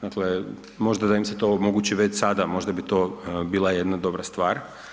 Dakle, možda da im se to omogući već sada možda bi to bila jedna stvar.